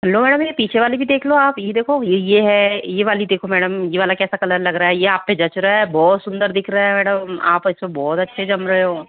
लो madam यह पीछे वाले भी देख लो आप यह देखो यह वाली देखो मैडम यह वाला कैसा कलर लग रहा है यह आप पर जच रहा है बहुत सुंदर दिख रहा है मैडम आप इसमें बहुत अच्छे जम रहे हो